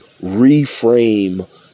reframe